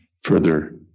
further